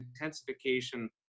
intensification